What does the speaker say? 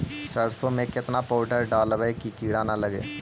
सरसों में केतना पाउडर डालबइ कि किड़ा न लगे?